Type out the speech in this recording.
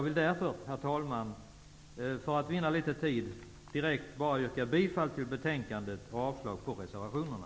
Herr talman! För tids vinnande yrkar jag bifall till hemställan i betänkandet och avslag på reservationerna.